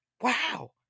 wow